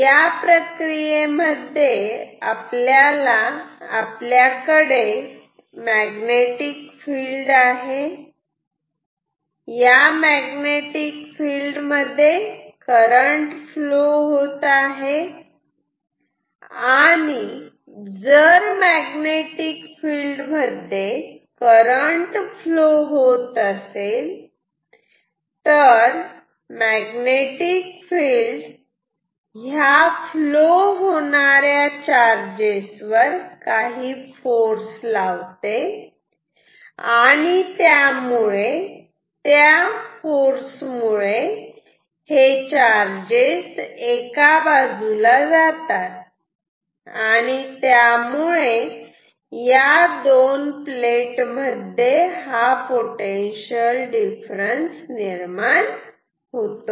या प्रक्रियेमध्ये आपल्याकडे मॅग्नेटिक फिल्ड आहे या मॅग्नेटिक फिल्ड मध्ये करंट फ्लो होत आहे आणि जर मॅग्नेटिक फिल्ड मध्ये करंट फ्लो होत असेल तर मॅग्नेटिक फिल्ड ह्या फ्लो होणाऱ्या चार्जेस वर काही फोर्स लावते आणि त्यामुळे ते चार्जेस एका बाजूला जातात आणि त्यामुळे या दोन प्लेट मध्ये पोटेन्शिअल डिफरन्स निर्माण होते